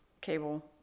cable